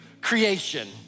creation